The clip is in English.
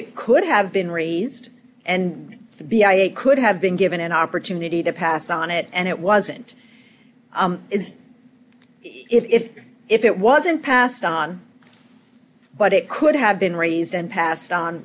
it could have been raised and b i e could have been given an opportunity to pass on it and it wasn't is if if it wasn't passed on but it could have been raised and passed on